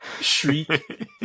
Shriek